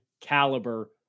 caliber